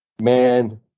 Man